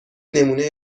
نمونه